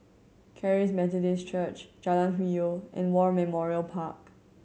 Charis Methodist Church Jalan Hwi Yoh and War Memorial Park